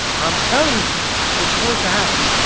i'm telling you it's going to happen